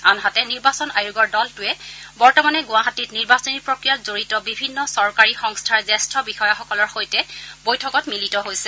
আনহাতে নিৰ্বাচন আয়োগৰ দলটোৱে বৰ্তমানে গুৱাহাটীত নিৰ্বাচনী প্ৰক্ৰিয়াত জড়িত বিভিন্ন চৰকাৰী সংস্থাৰ জ্যেষ্ঠ বিষয়াসকলৰ সৈতে বৈঠকত মিলিত হৈছে